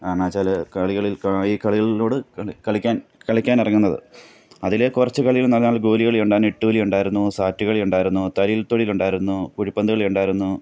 കാരണമെന്നുവെച്ചാൽ കളികളിൽ ഈ കളികളോട് കളിക്കാൻ കളിക്കാൻ ഇറങ്ങുന്നത് അതിൽ കുറച്ച് കളികളെന്ന് പറഞ്ഞാൽ ഗോലി കളി ഉണ്ടായിരുന്നു എട്ടൂലി ഉണ്ടായിരുന്നു സാറ്റു കളി ഉണ്ടായിരുന്നു തലയിൽ തൊടീലുണ്ടായിരുന്നു കുഴിപ്പന്തുകളി ഉണ്ടായിരുന്നു